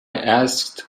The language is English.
asked